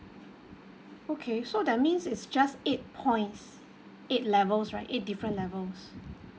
okay so that means it's just eight points eight levels right eight different levels